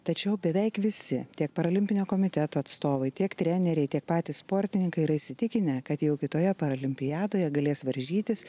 tačiau beveik visi tiek paralimpinio komiteto atstovai tiek treneriai tiek patys sportininkai yra įsitikinę kad jau kitoje paralimpiadoje galės varžytis